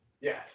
Yes